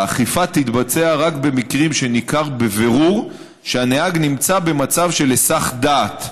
האכיפה תתבצע רק במקרים שניכר בבירור שהנהג נמצא במצב של היסח דעת.